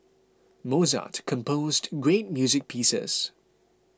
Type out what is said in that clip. Mozart composed great music pieces